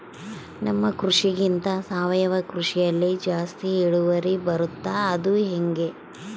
ನಮ್ಮ ಕೃಷಿಗಿಂತ ಸಾವಯವ ಕೃಷಿಯಲ್ಲಿ ಜಾಸ್ತಿ ಇಳುವರಿ ಬರುತ್ತಾ ಅದು ಹೆಂಗೆ?